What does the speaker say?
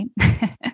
right